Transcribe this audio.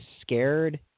scared